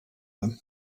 them